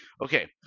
okay